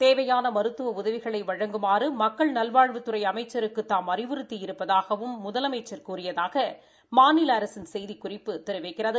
தேவையான மருத்துவ உதவிகளை வழங்குமாறு மக்கள் நல்வாழ்வுத்துறை அமைச்சருக்கு தாம் அறிவுறுத்தியிருப்பதாகவும் முதலமைச்ச் கூறியதாக மாநில அரசின் செய்திக்குறிப்பு தெரிவிக்கிறது